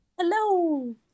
hello